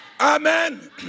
Amen